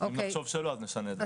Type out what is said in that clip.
אם נחשוב שלא, אז נשנה את זה.